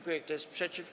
Kto jest przeciw?